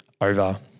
over